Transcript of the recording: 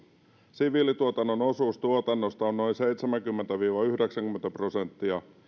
siviilituotannon osuus tuotannosta on noin seitsemänkymmentä viiva yhdeksänkymmentä prosenttia